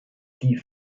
die